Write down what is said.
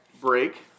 break